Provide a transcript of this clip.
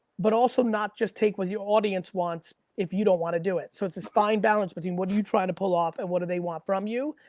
but also not just take what your audience wants if you don't wanna do it. so, it's this fine balance between what you try to pull off, and what do they want from you,